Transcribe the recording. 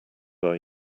are